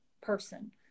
person